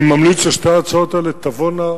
אני ממליץ ששתי ההצעות האלה תבואנה